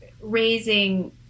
raising